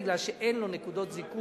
כי אין לו נקודות זיכוי